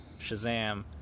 Shazam